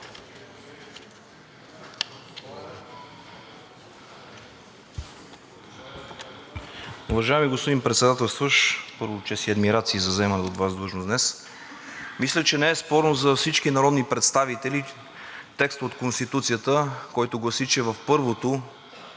Уважаеми господин Председателстващ, първо, чест и адмирации за заеманата от Вас длъжност днес! Мисля, че не е спорен за всички народни представители текстът от Конституцията, който гласи, че в първото